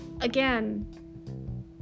again